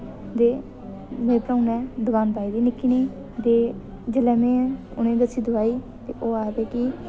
ते मेरे भ्राऊ ने दकान पाई दी निक्की नेही ते जेल्लै में उ'नें ई दस्सी दवाई ओह् आखदे कि